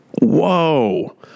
Whoa